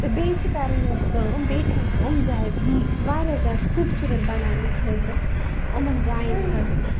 تہٕ بیٚیہِ چھِ کَرٕنۍ اسہِ کٲم بیٚیہِ چھِ اسہِ یِم جایہِ واریاہ زیادٕ خوٗبصوٗرَت بنانہٕ خٲطرٕ یِمَن جایَن حظ